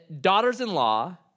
daughters-in-law